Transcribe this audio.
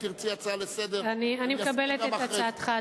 אני אקבל את הצעתך,